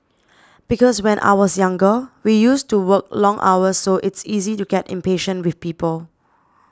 because when I was younger we used to work long hours so it's easy to get impatient with people